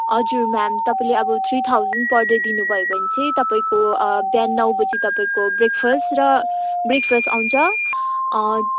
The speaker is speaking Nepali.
हजुर म्याम तपाईँले अब थ्री थाउजन्ड पर डे दिनुभयो भने चाहिँ तपाईँको बिहान नौ बजी तपाईँको ब्रेकफस्ट र ब्रेकफस्ट आउँछ